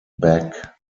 back